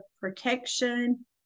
protection